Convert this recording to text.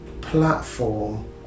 platform